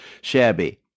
shabby